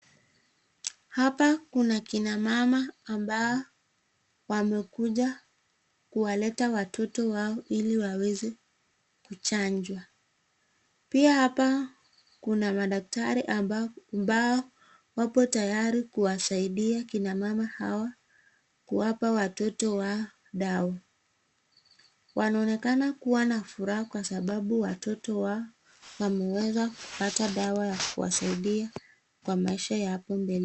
Hapa Kuna kina mama ambao wamekuja kuwaleta watoto wao ile waweze kuchajwa pia hapa Kuna madaktari ambao wapo tayari kuwa saidia kina mama hapa kuwapa watoto wao dawa. Wanaonekana kuwa na furaha kwa sababu watoto Hawa wameweza kupata dawa ya kuwasaidia kwa maisha ya hapo mbele.